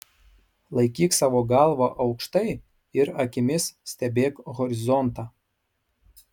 laikyk savo galvą aukštai ir akimis stebėk horizontą